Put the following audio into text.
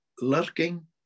lurking